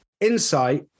insight